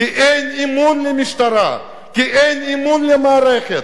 כי אין אמון במשטרה, כי אין אמון במערכת.